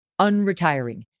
unretiring